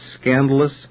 scandalous